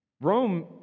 Rome